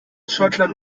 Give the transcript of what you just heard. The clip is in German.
schottland